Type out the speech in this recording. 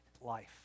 life